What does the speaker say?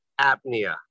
Apnea